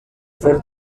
fer